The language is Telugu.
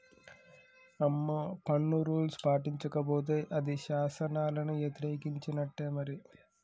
అమ్మో పన్ను రూల్స్ పాటించకపోతే అది శాసనాలను యతిరేకించినట్టే మరి